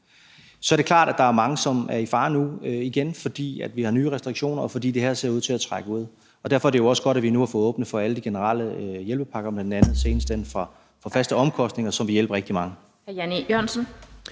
Så er det klart, at der er mange, som er i fare nu igen, fordi vi har nye restriktioner, og fordi det her ser ud til at trække ud. Derfor er det også godt, at vi nu har fået åbnet for alle de generelle hjælpepakker, bl.a. senest den for faste omkostninger, som vil hjælpe rigtig mange.